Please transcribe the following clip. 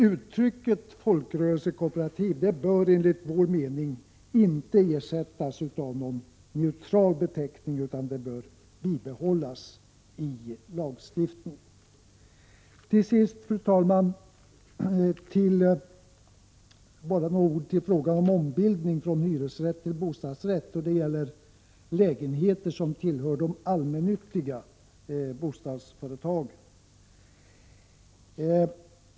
Uttrycket folkrörelsekooperativ bör enligt vår mening bibehållas i lagstiftningen och inte ersättas av någon neutral beteckning. Fru talman! Till sist bara några ord angående ombildningen från hyresrätt till bostadsrätt av lägenheter som tillhör de allmännyttiga bostadsföretagen.